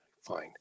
Fine